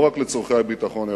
לא רק לצורכי ביטחון,